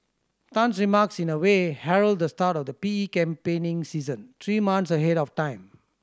Tan's remarks in a way herald the start of the P E campaigning season three months ahead of time